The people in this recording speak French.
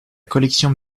collection